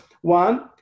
one